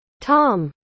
tom